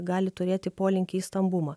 gali turėti polinkį į stambumą